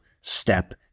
step